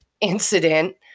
incident